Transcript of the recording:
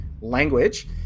language